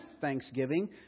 thanksgiving